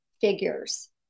figures